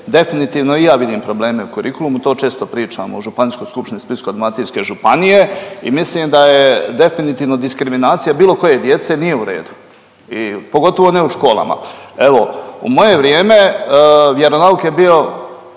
definitivno i ja vidim probleme u kurikulumu. To često pričamo u Županijskoj skupštini Splitsko-dalmatinske županije i mislim da je definitivno diskriminacija bilo koje djece nije u redu i pogotovo ne u školama. Evo u moje vrijeme vjeronauk je bio